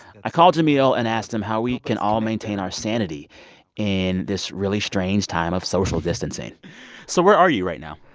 i called jamil and asked him how we can all maintain our sanity in this really strange time of social distancing so where are you right now?